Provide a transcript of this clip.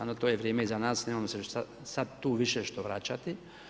No to je vrijeme iza nas, nemamo se šta sad tu više što vraćati.